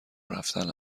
رفتن